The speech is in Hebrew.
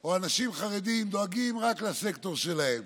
או אנשים חרדים דואגים רק לסקטור שלהם.